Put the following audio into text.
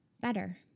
better